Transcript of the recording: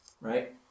right